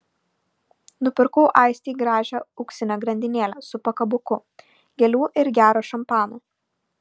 nupirkau aistei gražią auksinę grandinėlę su pakabuku gėlių ir gero šampano